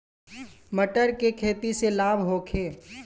मटर के खेती से लाभ होखे?